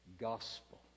gospel